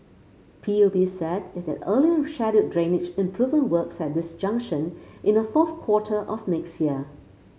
P U B said it had earlier scheduled drainage improvement works at this junction in the fourth quarter of next year